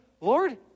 Lord